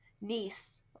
niece